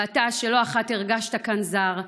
ואתה שלא אחת הרגשת כאן זר,